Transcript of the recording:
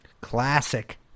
classic